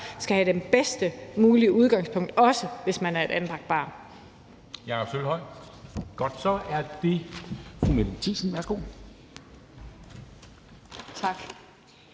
skal have det bedst mulige udgangspunkt – også hvis man er et anbragt barn.